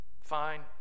Fine